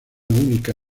única